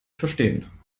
verstehen